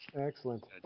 Excellent